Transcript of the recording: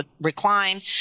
recline